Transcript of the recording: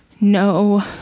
No